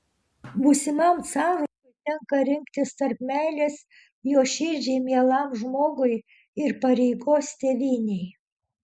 būsimam carui tenka rinktis tarp meilės jo širdžiai mielam žmogui ir pareigos tėvynei